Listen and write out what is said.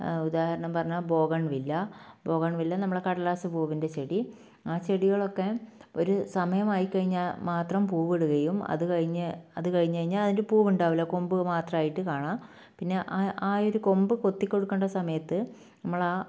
ഉദാഹരണം പറഞ്ഞാൽ bougainvillea bougainvillea നമ്മുടെ കടലാസ് പൂവിൻ്റെ ചെടി ആ ചെടികളൊക്കെ ഒരു സമയമായിക്കഴിഞ്ഞാൽ മാത്രം പൂവിടുകയും അത് കഴിഞ്ഞാൽ അതുകഴിഞ്ഞ് കഴിഞ്ഞാൽ അതിൻ്റെ പൂവ് ഉണ്ടാവില്ല കൊമ്പ് മാത്രമായിട്ട് കാണാം പിന്നെ ആ ആയൊരു കൊമ്പ് കൊത്തി കൊടുക്കേണ്ട സമയത്ത് നമ്മൾ